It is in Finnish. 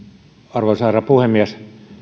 arvoisa herra puhemies